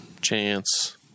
Chance